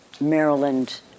Maryland